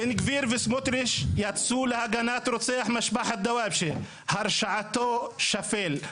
בן גביר וסמוטריץ יצאו להגנת רוצח משפחת דוואבשה: הרשעתו שפלה.